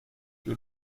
you